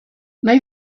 nahi